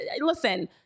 Listen